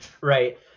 Right